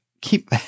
keep